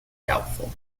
doubtful